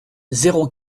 zéro